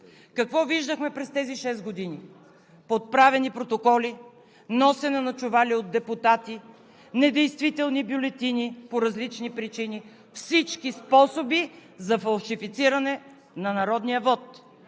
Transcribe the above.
Какво виждахме през тези шест години? Подправени протоколи, носене на чували от депутати, недействителни бюлетини по различни причини – всички способи за фалшифициране на народния вот.